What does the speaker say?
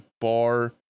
bar